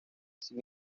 sin